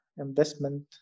Investment